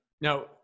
Now